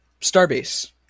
Starbase